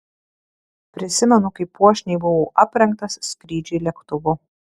prisimenu kaip puošniai buvau aprengtas skrydžiui lėktuvu